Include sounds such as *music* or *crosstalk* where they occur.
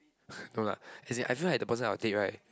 *breath* no lah as in I feel like the person I will date right